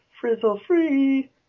frizzle-free